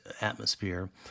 atmosphere